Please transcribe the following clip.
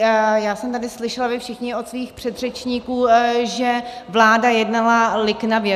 Já jsem tady slyšela, vy všichni, od svých předřečníků, že vláda jednala liknavě.